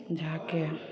जा कऽ